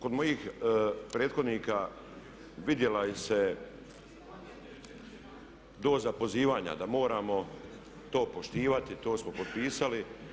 Kod mojih prethodnika vidjela se doza pozivanja da moramo to poštivati, to smo potpisali.